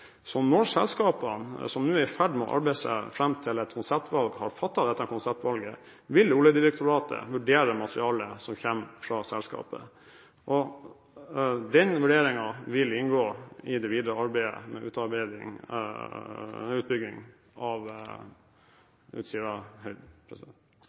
Så når selskapene, som nå er i ferd med å arbeide seg fram til et konseptvalg, har fattet dette konseptvalget, vil Oljedirektoratet vurdere materialet som kommer fra selskapene. Den vurderingen vil inngå i det videre arbeidet med utbygging av